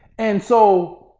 and so,